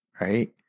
right